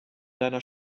deiner